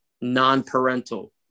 non-parental